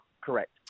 correct